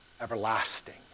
everlasting